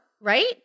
Right